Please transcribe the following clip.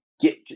get